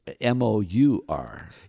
M-O-U-R